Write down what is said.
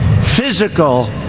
physical